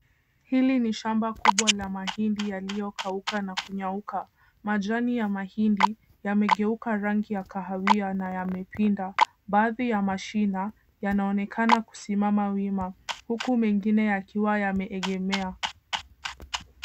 Hili ni shamba kubwa la mahindi yaliyokauka na kunyauka. Majani ya mahindi yamegeuka rangi ya kahawia na yamepinda. Baadhi ya mashina yanaonekana kusimama wima, huku mengine yakiwa yameegemea.